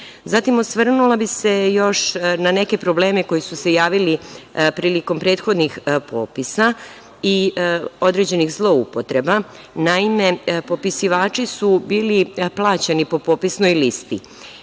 intervenciju. Osvrnula bih se još na neke probleme koji su se javili prilikom prethodnih popisa i određenih zloupotreba. Naime, popisivači su bili plaćeni po popisnoj listi.